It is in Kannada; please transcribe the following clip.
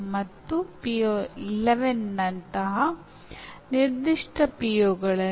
ಅಂದಾಜುವಿಕೆ ಎಂದರೇನು